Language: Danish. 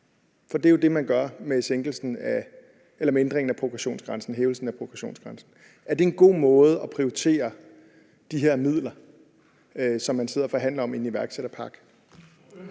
på? Det er jo det, man gør med ændringen af progressionsgrænsen, hævelsen af progressionsgrænsen. Er det en god måde at prioritere de her midler, som man sidder og forhandler om i en iværksætterpakke,